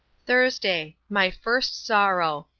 thursday my first sorrow.